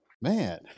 man